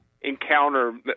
encounter